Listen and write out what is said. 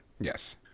Yes